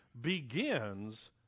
begins